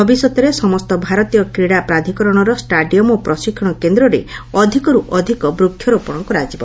ଭବିଷ୍ୟତରେ ସମସ୍ତ ଭାରତୀୟ କ୍ରୀଡ଼ା ପ୍ରାଧିକରଣର ଷ୍ଟାଡିୟମ୍ ଓ ପ୍ରଶିକ୍ଷଣ କେନ୍ଦ୍ରରେ ଅଧିକରୁ ଅଧିକ ବୃକ୍ଷରୋପଣ କରାଯିବ